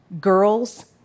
Girls